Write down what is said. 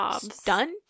stunt